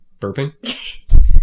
Burping